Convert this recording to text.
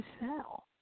sell